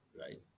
Right